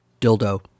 dildo